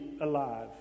alive